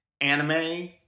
anime